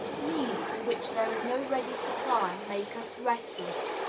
needs for which there is no ready supply, make us restless.